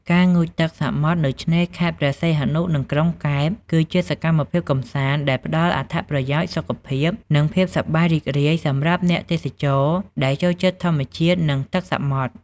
ការងូតទឹកសមុទ្រ នៅឆ្នេរខេត្តព្រះសីហនុ និងក្រុងកែប គឺជាសកម្មភាពកម្សាន្តដែលផ្តល់អត្ថប្រយោជន៍សុខភាព និងភាពសប្បាយរីករាយ សម្រាប់អ្នកទេសចរ ដែលចូលចិត្តធម្មជាតិ និងទឹកសមុទ្រ។